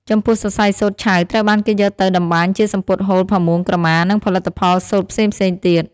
ចំពោះសរសៃសូត្រឆៅត្រូវបានគេយកទៅតម្បាញជាសំពត់ហូល ផាមួង ក្រមា និងផលិតផលសូត្រផ្សេងៗទៀត។